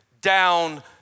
down